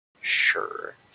sure